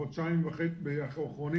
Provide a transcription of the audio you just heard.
בחודשיים וחצי האחרונים